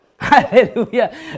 Hallelujah